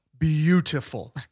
beautiful